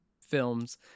films